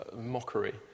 mockery